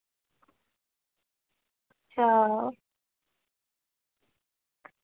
अच्छा